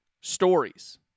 stories